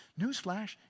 Newsflash